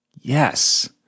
Yes